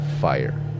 fire